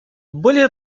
более